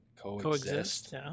Coexist